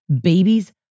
babies